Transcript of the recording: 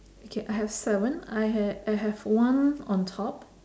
okay I have seven I ha~ I have one on top